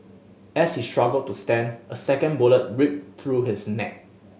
as he struggled to stand a second bullet ripped through his neck